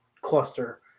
cluster